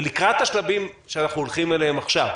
ולקראת השלבים שאנחנו הולכים אליהם עכשיו,